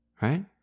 Right